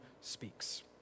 speaks